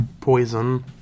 poison